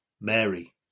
Mary